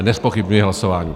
Nezpochybňuji hlasování.